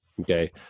Okay